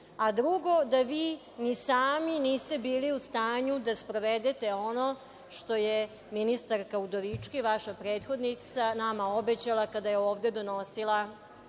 da vi ni sami niste bili u stanju da sprovedete ono što je ministarka Udovički, vaša prethodnica, nama obećala kada je ovde donosila